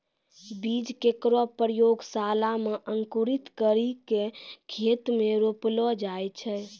बीज केरो प्रयोगशाला म अंकुरित करि क खेत म रोपलो जाय छै